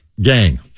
gang